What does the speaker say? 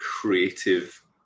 creative